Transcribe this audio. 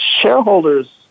shareholders